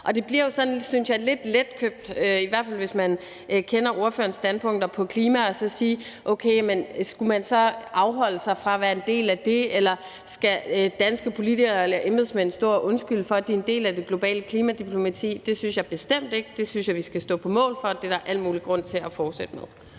jeg – i hvert fald hvis man kender ordførerens standpunkter på klimaområdet – at sige: Okay, skulle man så afholde sig fra at være en del af det, eller skal danske politikere og embedsmænd stå og undskylde for, at de er en del af den globale klimadiplomati? Det synes jeg bestemt ikke. Det synes jeg vi skal stå på mål for, og det er der al mulig grund til at fortsætte med.